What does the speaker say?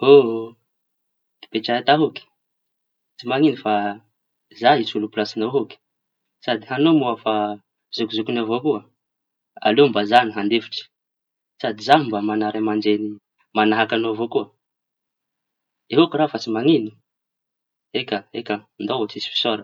Mipetraha ataoky tsy mañino fa zaho hisolo pilasiñao aôky sady añao moa efa zokizokiñy avao. Koa aleo mba za mandefitsy sady zaho mba maña ray aman-dreñy mañahaka añao avao. Koa eôky raha fa tsy mañino eka eka ndao fa tsy misy fisaoraña.